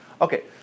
Okay